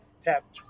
tap